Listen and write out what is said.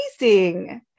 amazing